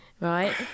Right